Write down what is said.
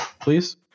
please